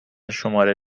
شماره